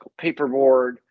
paperboard